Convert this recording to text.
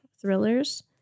thrillers